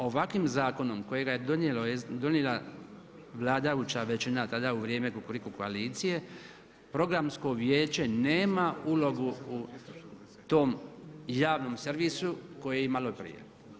Ovakvim zakonom kojega je donijela vladajuća većina tada u vrijeme Kukuriku koalicije Programsko vijeće nema ulogu u tom javnom servisu koje je imalo prije.